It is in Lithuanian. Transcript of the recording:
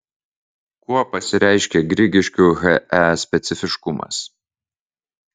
kuo pasireiškia grigiškių he specifiškumas